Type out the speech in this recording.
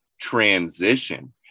transition